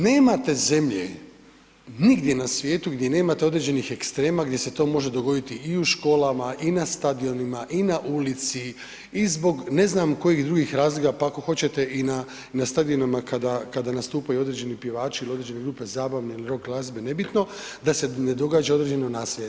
Nema te zemlje nigdje na svijetu gdje nemate određenih ekstrema gdje se to može dogoditi i u školama i na stadionima i na ulici i zbog ne znam kojih drugih razloga, pa ako hoćete i na stadionima kada nastupaju određeni pjevači ili određene grupe, zabavne ili rock glazbe, nebitno, da se ne događa određeno nasilje.